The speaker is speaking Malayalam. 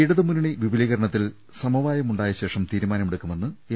ഇടതുമുന്നണി വിപുലീകരണത്തിൽ സമവായമുണ്ടായ ശേഷം തീരുമാനമെടുക്കു മെന്ന് എൽ